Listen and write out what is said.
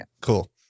Cool